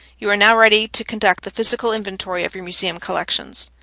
you are now ready to conduct the physical inventory of your museum collections.